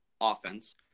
offense